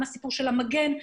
למשל "המגן".